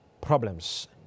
problems